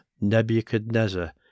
Nebuchadnezzar